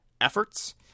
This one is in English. efforts